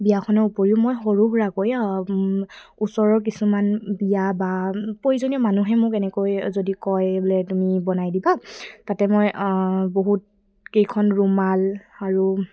বিয়াখনৰ উপৰিও মই সৰু সুৰাকৈ ওচৰৰ কিছুমান বিয়া বা প্ৰয়োজনীয় মানুহে মোক এনেকৈ যদি কয় বোলে তুমি বনাই দিবা তাতে মই বহুত কেইখন ৰুমাল আৰু